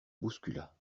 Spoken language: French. bouscula